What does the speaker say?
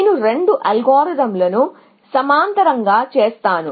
నేను రెండు అల్గోరిథంలను సమాంతరంగా చేస్తాను